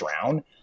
drown